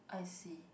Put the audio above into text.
I see